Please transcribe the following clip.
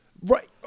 Right